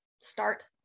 start